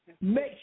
Make